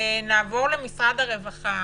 נעבר למשרד הרווחה